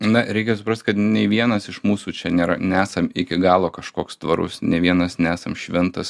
na reikia suprast kad nei vienas iš mūsų čia nėra nesam iki galo kažkoks tvarus nei vienas nesam šventas